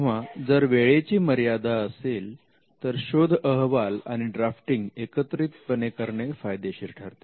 तेव्हा जर वेळेची मर्यादा असेल तर शोध अहवाल आणि ड्राफ्टिंग एकत्रितपणे करणे फायदेशीर ठरते